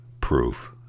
proof